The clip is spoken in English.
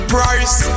Price